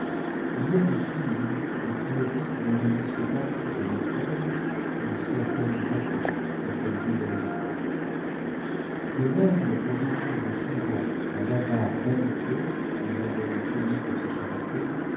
il y a des cynismes des cruautés qui ne résistent pas plus à l'épreuve que certaines bontés certaines générosités de même qu'on découvre souvent un avare vaniteux dans un homme connu pour ses charités